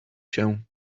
się